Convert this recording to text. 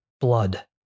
Blood